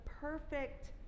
perfect